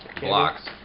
blocks